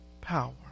power